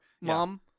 mom